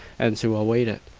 and to await it.